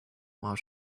while